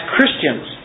Christians